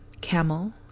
camel